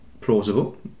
plausible